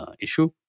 issue